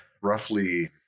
roughly